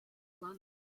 planet